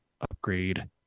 upgrade